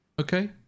Okay